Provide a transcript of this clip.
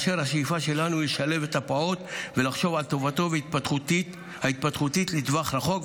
והשאיפה שלנו היא לשלב את הפעוט ולחשוב על טובתו ההתפתחותית לטווח ארוך,